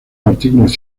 artículos